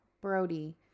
Brody